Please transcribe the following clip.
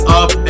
up